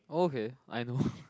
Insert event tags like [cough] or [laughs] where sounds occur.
oh okay I know [laughs]